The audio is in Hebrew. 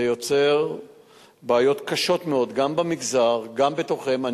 זה יוצר בעיות קשות מאוד גם במגזר, גם בתוכם.